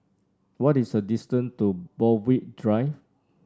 what is the distance to Borthwick Drive